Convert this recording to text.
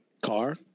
Car